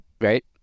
Right